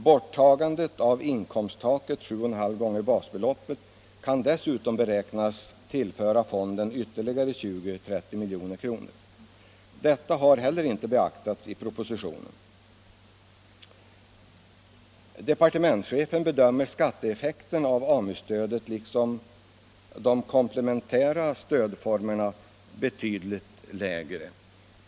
Borttagandet av inkomsttaket, 7,5 gånger basbeloppet, kan dessutom antas tillföra fonden ytterligare 20-30 milj.kr. Detta har heller inte beaktats i propositionen. Departementschefen bedömer skatteeffekten av AMU-stödet liksom av de komplementära stödformerna bli betydligt lägre.